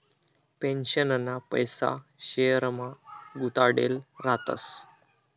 पेन्शनना पैसा शेयरमा गुताडेल रातस